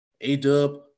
A-Dub